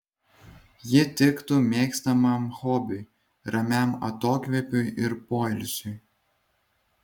ji tiktų mėgstamam hobiui ramiam atokvėpiui ir poilsiui